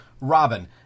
Robin